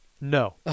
No